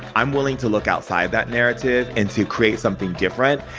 i'm willing to look outside that narrative and to create something different,